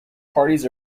parties